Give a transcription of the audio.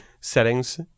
settings